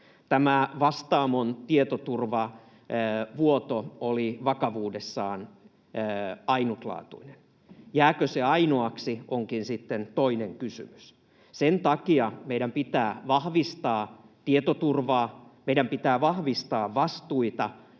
Tämä Vastaamon tietoturvavuoto oli vakavuudessaan ainutlaatuinen. Jääkö se ainoaksi, onkin sitten toinen kysymys. Sen takia meidän pitää vahvistaa tietoturvaa, meidän pitää vahvistaa vastuita,